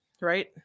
right